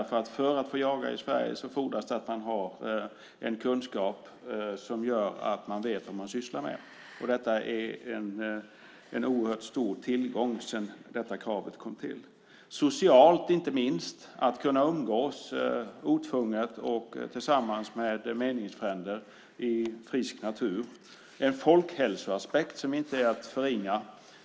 För att kunna jaga i Sverige fordras det att man har en kunskap som gör att man vet vad man sysslar med. Det är en oerhört stor tillgång att detta krav kom till. Socialt är det viktigt att kunna umgås otvunget och tillsammans med meningsfränder i frisk natur. Det finns en folkhälsoaspekt som inte är att förringa.